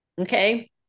Okay